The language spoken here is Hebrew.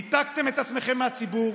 ניתקתם את עצמכם מהציבור,